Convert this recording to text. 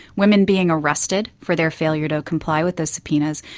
women being arrested for their failure to comply with those subpoenas,